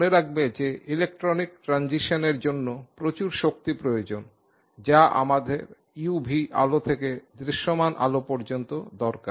মনে রাখবে যে ইলেকট্রনিক ট্রানজিশনের জন্য প্রচুর শক্তি প্রয়োজন যা আমাদের uv আলো থেকে দৃশ্যমান আলো পর্যন্ত দরকার